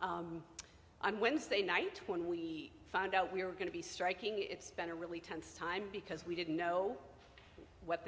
i'm wednesday night when we found out we were going to be striking it's been a really tense time because we didn't know what